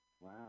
Wow